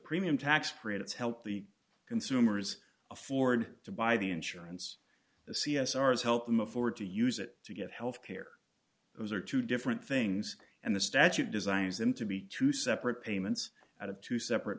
premium tax credits help the consumers afford to buy the insurance the c s r s help them afford to use it to get health care those are two different things and the statute designs them to be two separate payments out of two separate